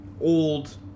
old